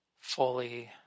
fully